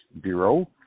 Bureau